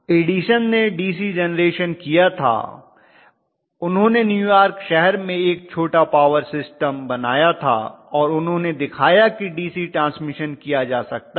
Edison ने DC generation किया था उन्होंने न्यूयॉर्क शहर में एक छोटा पॉवर सिस्टम बनाया था और उन्होंने दिखाया कि डीसी ट्रांसमिशन किया जा सकता है